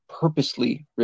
purposely